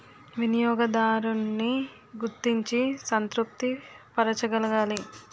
వినియోగదారున్ని గుర్తించి సంతృప్తి పరచగలగాలి